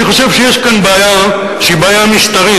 אני חושב שיש כאן בעיה שהיא בעיה משטרית.